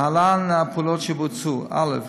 להלן הפעולות שבוצעו: א.